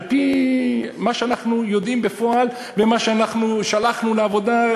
על-פי מה שאנחנו יודעים בפועל ומה ששלחנו לעבודה,